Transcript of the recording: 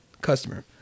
Customer